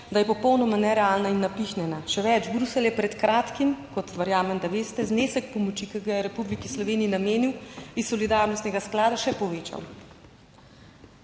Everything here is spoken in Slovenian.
da je popolnoma nerealna in napihnjena. Še več, Bruselj je pred kratkim, kot verjamem, da veste, znesek pomoči, ki ga je v Republiki Sloveniji namenil iz solidarnostnega sklada, še povečal.